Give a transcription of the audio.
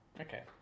Okay